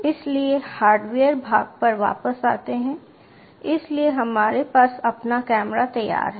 इसलिए हार्डवेयर भाग पर वापस आते हैं इसलिए हमारे पास अपना कैमरा तैयार है